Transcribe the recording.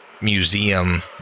museum